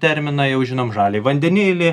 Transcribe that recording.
terminą jau žinom žaliąjį vandenilį